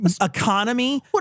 economy